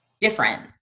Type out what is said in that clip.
different